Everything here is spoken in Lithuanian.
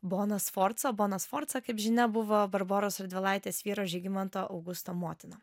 bona sforza bona sforza kaip žinia buvo barboros radvilaitės vyro žygimanto augusto motina